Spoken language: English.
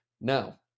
Now